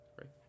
right